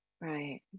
Right